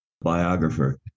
biographer